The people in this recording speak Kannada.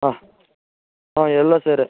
ಹಾಂ ಹಾಂ ಎಲ್ಲ ಸೇರುತ್ತೆ